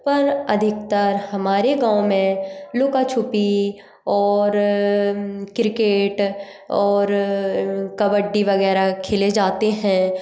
पर अधिकतर हमारे गाँव में लुका छुपी और क्रिकेट और कबड्डी वगैरह खेले जाते हैं